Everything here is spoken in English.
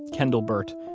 kendall burt,